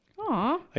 Aw